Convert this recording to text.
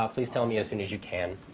ah please tell me as soon as you can.